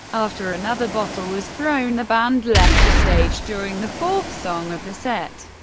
after another bottle was thrown, the band left the stage during the fourth song of the set.